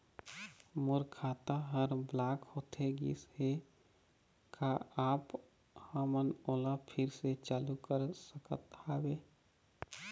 मोर खाता हर ब्लॉक होथे गिस हे, का आप हमन ओला फिर से चालू कर सकत हावे?